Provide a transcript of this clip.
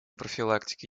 профилактики